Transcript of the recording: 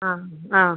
ആ ആ